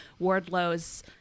Wardlow's